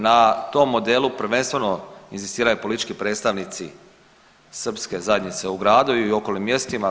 Na tom modelu prvenstveno inzistiraju politički predstavnici srpske zajednice u gradu i okolnim mjestima.